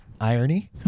Irony